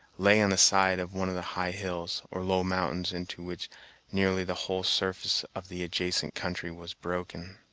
lay on the side of one of the high hills, or low mountains, into which nearly the whole surface of the adjacent country was broken.